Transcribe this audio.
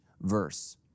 verse